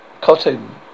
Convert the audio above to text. Cotton